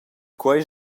quei